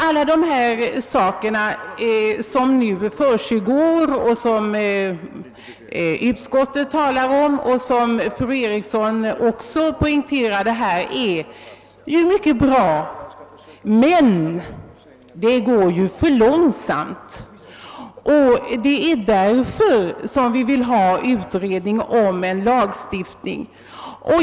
Alla de här åtgärderna som såväl ut skottet som fru Eriksson påpekar görs är bra, men utvecklingen går för långsamt. Därför vill vi nu ha en utredning om lagstiftning.